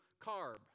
carb